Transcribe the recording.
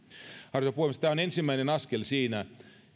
arvoisa puhemies tämä on ensimmäinen askel siinä